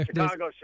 Chicago